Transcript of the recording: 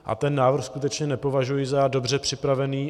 A ten návrh skutečně nepovažuji za dobře připravený.